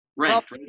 Right